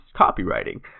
copywriting